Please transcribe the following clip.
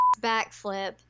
backflip